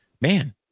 man